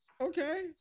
Okay